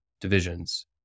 divisions